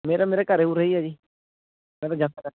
ਮੇਰਾ ਮੇਰੇ ਘਰੇ ਉਰੇ ਹੈ ਆ ਜੀ